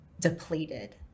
depleted